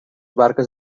barques